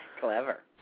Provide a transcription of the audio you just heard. Clever